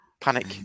Panic